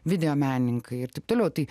video menininkai ir taip toliau tai